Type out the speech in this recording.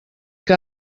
que